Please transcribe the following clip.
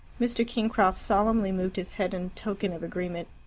mr. kingcroft solemnly moved his head in token of agreement.